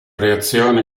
reazione